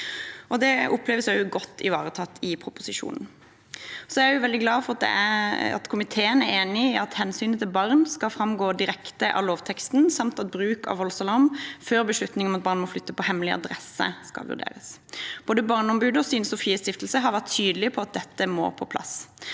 Det oppleves også godt ivaretatt i proposisjonen. Jeg er også veldig glad for at det er enighet i komiteen om at hensynet til barn skal framgå direkte av lovteksten, samt at bruk av voldsalarm før beslutning om at barn må flytte på hemmelig adresse, skal vurderes. Både Barneombudet og Stine Sofies Stiftelse har vært tydelige på at dette må på plass.